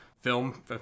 film